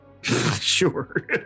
Sure